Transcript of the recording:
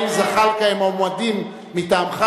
האם זחאלקה הם מועמדים מטעמך,